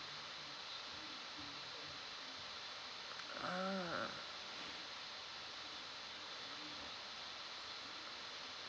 ah